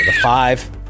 five